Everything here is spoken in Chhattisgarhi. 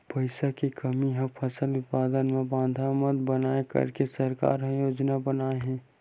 पईसा के कमी हा फसल उत्पादन मा बाधा मत बनाए करके सरकार का योजना बनाए हे?